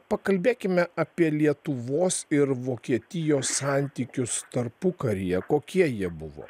pakalbėkime apie lietuvos ir vokietijos santykius tarpukaryje kokie jie buvo